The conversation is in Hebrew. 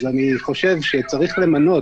אני חושב שצריך למנות